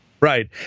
Right